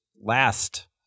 last